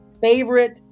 favorite